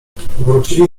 wrócili